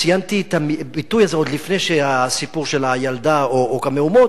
ציינתי את הביטוי הזה עוד לפני שהסיפור של הילדה או המהומות,